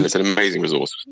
it's an amazing resource.